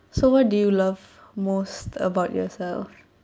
so what do you love most about yourself